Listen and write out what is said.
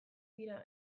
dira